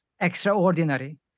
extraordinary